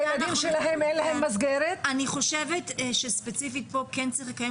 לילדים שלהם אין מסגרת --- אני חושבת שספציפית פה כן צריך לקיים